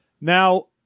Now